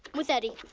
with eddie.